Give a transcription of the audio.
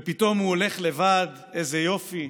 ופתאום הוא הולך לבד, איזה יופי,